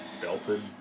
Belted